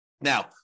Now